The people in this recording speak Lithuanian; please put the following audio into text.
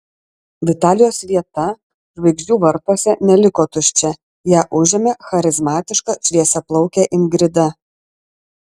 vitalijos vieta žvaigždžių vartuose neliko tuščia ją užėmė charizmatiška šviesiaplaukė ingrida